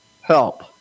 HELP